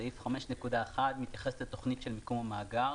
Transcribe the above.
סעיף 5.1 מתייחס לתוכנית של מיקום המאגר.